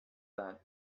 that